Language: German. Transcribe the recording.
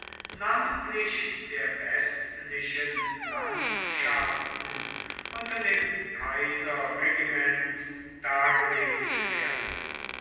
namentlich der westlichen landschaften unter dem kaiserregiment dargelegt werden